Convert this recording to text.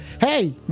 Hey